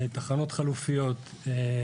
תחנות חלופיות,